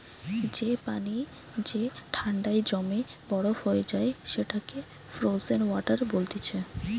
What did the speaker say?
যে পানি যে ঠান্ডায় জমে বরফ হয়ে যায় সেটাকে ফ্রোজেন ওয়াটার বলতিছে